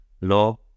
law